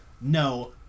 no